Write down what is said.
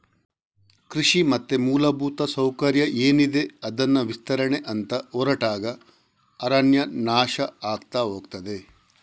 ಕೃಷಿ ಮತ್ತೆ ಮೂಲಭೂತ ಸೌಕರ್ಯ ಏನಿದೆ ಅದನ್ನ ವಿಸ್ತರಣೆ ಅಂತ ಹೊರಟಾಗ ಅರಣ್ಯ ನಾಶ ಆಗ್ತಾ ಹೋಗ್ತದೆ